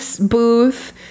booth